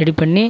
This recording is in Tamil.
ரெடி பண்ணி